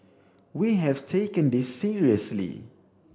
we have taken this seriously